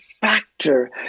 factor